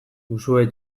uxue